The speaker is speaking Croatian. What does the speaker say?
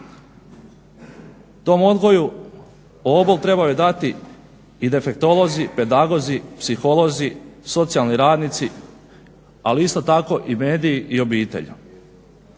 Tom odgoju obol trebaju dati i defektolozi, psiholozi, pedagozi, socijalni radnici, ali isto tako i mediji i obitelj.